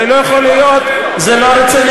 הרי לא יכול להיות, זה לא רציני.